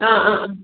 ആ ആ